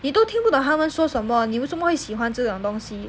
你都听不懂他们说什么你为什么会喜欢这种东西